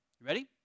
ready